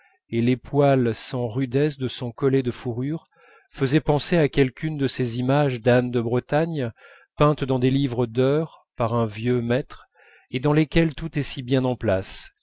et les poils sans rudesse de son collet de fourrure faisait penser à quelqu'une de ces images d'anne de bretagne peintes dans des livres d'heures par un vieux maître et dans lesquelles tout est si bien en place